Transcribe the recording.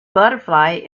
butterfly